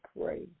pray